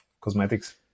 cosmetics